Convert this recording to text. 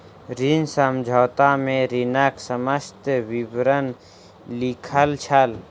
ऋण समझौता में ऋणक समस्त विवरण लिखल छल